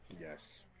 yes